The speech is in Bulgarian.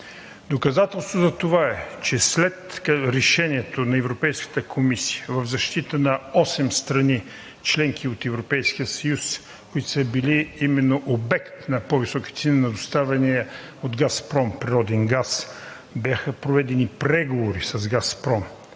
Доказателство за това е, че след решението на Европейската комисия в защита на осем страни – членки от Европейския съюз, които са били именно обект на по-високи цени на доставения от „Газпром“ природен газ, бяха проведени преговори с „Газпром“